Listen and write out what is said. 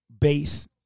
base